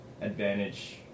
advantage